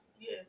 Yes